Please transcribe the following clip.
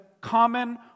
common